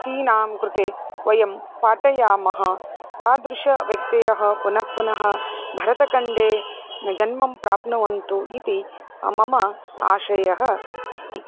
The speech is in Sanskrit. थीनां कृते वयं पाठयामः तादृशाः व्यक्तयः पुनः पुनः भारतखण्डे जन्मं प्राप्नुवन्तु इति मम आशयः अस्ति